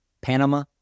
Panama